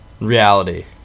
reality